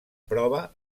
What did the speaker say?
prova